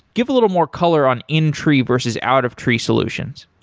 give a little more color on in tree versus out of tree solutions.